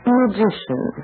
magician